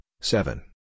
seven